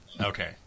Okay